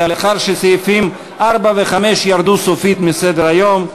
לאחר שסעיפים 4 ו-5 ירדו סופית מסדר-היום.